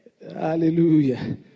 Hallelujah